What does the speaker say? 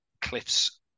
cliff's